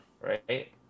right